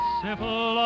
simple